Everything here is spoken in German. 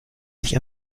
sich